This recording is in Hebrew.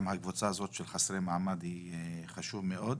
גם הנושא של חסרי מעמד חשוב מאוד.